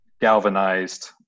galvanized